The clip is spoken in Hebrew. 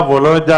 מסמך שהוצאנו,